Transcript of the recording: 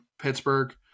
Pittsburgh